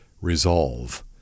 resolve